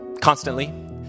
constantly